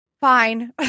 fine